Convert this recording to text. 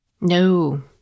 no